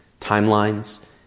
timelines